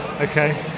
Okay